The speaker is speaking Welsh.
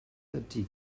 ydy